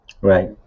Right